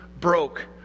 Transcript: broke